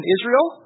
Israel